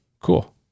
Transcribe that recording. Cool